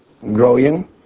growing